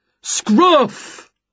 Scruff